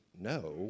no